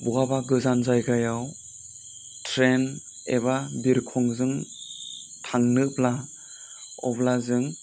बहाबा गोजान जायगायाव ट्रेन एबा बिरखंजों थांनोब्ला अब्लाजों